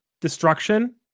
destruction